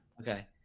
Okay